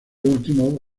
último